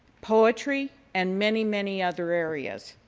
poetry and many, many other areas.